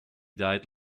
died